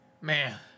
man